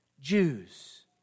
Jews